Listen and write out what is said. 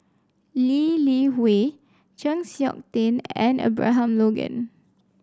Lee Li Hui Chng Seok Tin and Abraham Logan